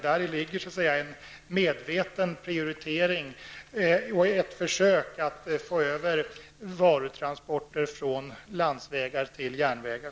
Däri ligger en medveten prioritering och ett försök att få över varutransporter från landsvägar till järnvägar.